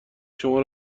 شما